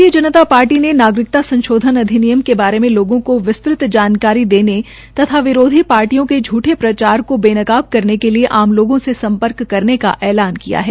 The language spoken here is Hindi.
भारतीय जनता पार्टी ने नागरिकता संशोधन अधिनियम के बारे में लोगों को विस्तृत जानकारी देने तथा विरोधी पार्टियों के झूठे प्रचार को बेनकाब करने के लिए आम लोगों से सम्पर्क करने का ऐलान किया है